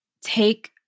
Take